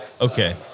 Okay